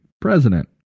president